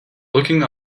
looking